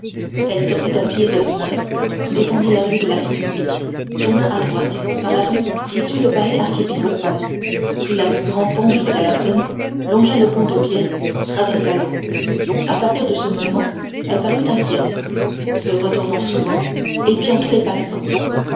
elle sortit à pied vers une heure descendit la rue de la république tourna à droite par la rue qui suit le palais archiépiscopal prit la rue grand pont jusqu'à la seine longea le pont de pierre traversa l'eau a partir de ce moment elle parut inquiète se retournant souvent épiant tous les passants